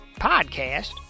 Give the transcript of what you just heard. Podcast